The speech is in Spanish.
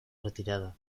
retirada